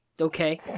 Okay